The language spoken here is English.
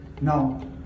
now